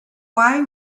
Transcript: why